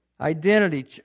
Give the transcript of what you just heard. identity